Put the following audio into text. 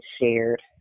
shared